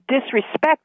disrespect